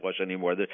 anymore